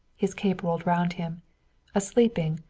his cape rolled round him a sleeping,